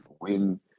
win